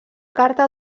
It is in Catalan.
carta